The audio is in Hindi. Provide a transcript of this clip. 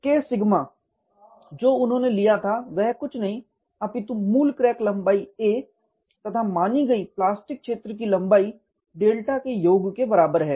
K सिग्मा जो उन्होंने लिया था वह कुछ नहीं अपितु मूल क्रैक लंबाई a तथा मानी गई प्लास्टिक क्षेत्र की लंबाई डेल्टा के योग के बराबर है